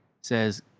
says